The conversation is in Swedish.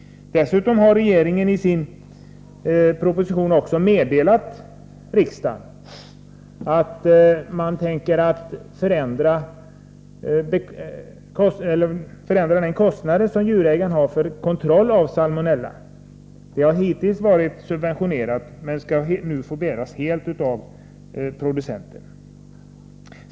Dessutom har regeringen i sin proposition meddelat riksdagen att den tänker öka de kostnader som djurägaren har för kontroll av salmonella. Dessa kostnader har hittills varit subventionerade men skall nu få bäras helt av producenten.